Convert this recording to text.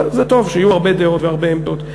זה טוב שיהיו הרבה דעות והרבה עמדות.